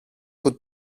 που